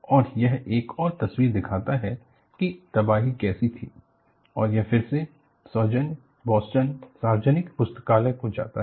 और यह एक और तस्वीर दिखाता है कि तबाही कैसी थी और यह फिर से सौजन्य बोस्टन सार्वजनिक पुस्तकालय को जाता है